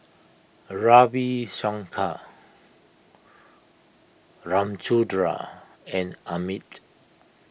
Ravi Shankar Ramchundra and Amit